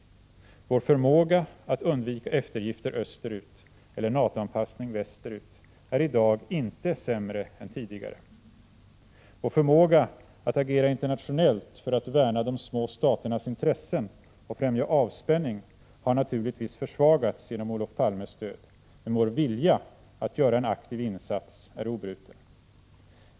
Vår förmåga att undvika eftergifter österut eller NATO-anpassning västerut är i dag inte sämre än tidigare. Vår förmåga att agera internationellt för att värna de små staternas intressen och främja avspänning har naturligtvis försvagats genom Olof Palmes död, men vår vilja att göra en aktiv insats är obruten.